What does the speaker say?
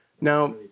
Now